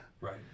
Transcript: Right